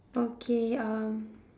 okay um